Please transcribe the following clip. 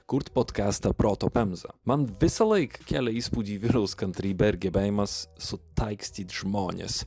kurt podkestą proto pemza man visąlaik kėlė įspūdį vyraus kantrybė ir gebėjimas sutaikstyt žmones